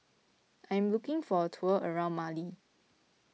I am looking for a tour around Mali